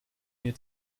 mir